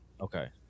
okay